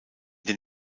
den